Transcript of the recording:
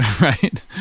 right